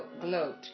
gloat